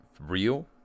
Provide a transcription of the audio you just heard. real